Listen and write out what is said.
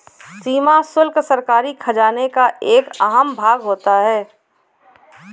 सीमा शुल्क सरकारी खजाने का एक अहम भाग होता है